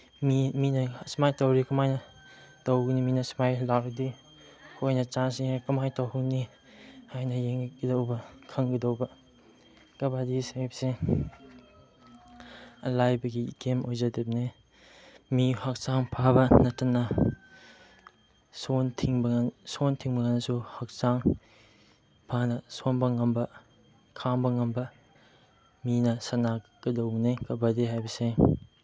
ꯃꯤ ꯃꯤꯅ ꯁꯨꯃꯥꯏꯅ ꯇꯧꯔꯗꯤ ꯀꯃꯥꯏꯅ ꯇꯧꯒꯅꯤ ꯃꯤꯅ ꯁꯨꯃꯥꯏꯅ ꯂꯥꯛꯂꯗꯤ ꯑꯩꯈꯣꯏꯅ ꯆꯥꯟꯁ ꯌꯦꯡꯉꯒ ꯀꯃꯥꯏꯅ ꯇꯧꯍꯧꯅꯤ ꯍꯥꯏꯅ ꯌꯦꯡꯒꯗꯧꯕ ꯈꯪꯒꯗꯧꯕ ꯀꯕꯥꯗꯤ ꯍꯥꯏꯕꯁꯦ ꯑꯂꯥꯏꯕꯒꯤ ꯒꯦꯝ ꯑꯣꯏꯖꯗꯝꯅꯦ ꯃꯤ ꯍꯛꯆꯥꯡ ꯐꯕ ꯅꯠꯇꯅ ꯁꯣꯔ ꯊꯤꯡꯕꯗꯁꯨ ꯍꯛꯆꯥꯡ ꯐꯅ ꯁꯣꯟꯕ ꯉꯝꯕ ꯈꯥꯡꯕ ꯉꯝꯕ ꯃꯤꯅ ꯁꯥꯟꯅꯒꯗꯧꯕꯅꯦ ꯀꯕꯥꯗꯤ ꯍꯥꯏꯕꯁꯦ